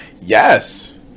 yes